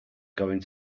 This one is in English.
going